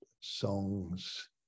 songs